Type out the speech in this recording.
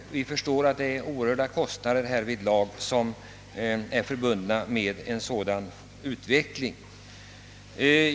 Vi förstår att det är oerhörda kostnader som är förbunda med en sådan kontinuerlig kontroll.